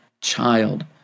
child